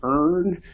earn